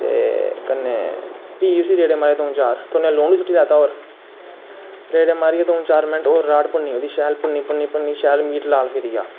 ते फ्ही रेड़े मारे दऊं चार ते लून सुट्टी ओड़ेआ थोह्ड़ा होर रेड़े मारिया होर रेह्ड़े भुन्नी शैल भुन्नी भुन्नी शैल मीट लाल फिरी गेआ